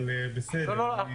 אבל בסדר.